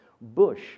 bush